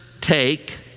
take